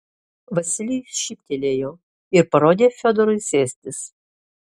vasilijus šyptelėjo ir parodė fiodorui sėstis